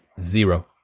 zero